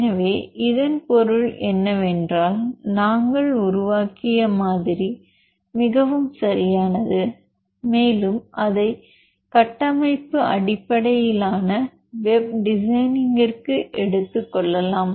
எனவே இதன் பொருள் என்னவென்றால் நாங்கள் உருவாக்கிய மாதிரி மிகவும் சரியானது மேலும் அதை கட்டமைப்பு அடிப்படையிலான வெப் டிசைனிங்கிற்கு எடுத்துக்கொள்ளலாம்